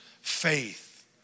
Faith